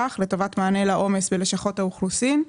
שקלים לטובת מענה לעומס בלשכות האוכלוסין.